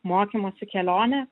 mokymosi kelionę